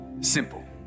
simple